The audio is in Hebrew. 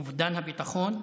אובדן הביטחון,